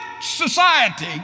society